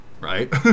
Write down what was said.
right